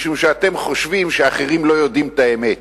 משום שאתם חושבים שאחרים לא יודעים את האמת.